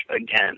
again